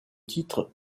titre